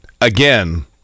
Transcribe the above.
again